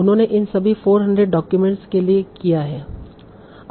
उन्होंने इन सभी 400 डाक्यूमेंट्स के लिए किया है